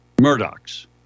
Murdoch's